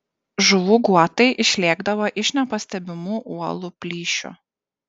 žuvų guotai išlėkdavo iš nepastebimų uolų plyšių